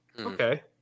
okay